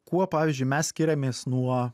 kuo pavyzdžiui mes skiriamės nuo